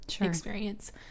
experience